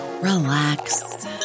relax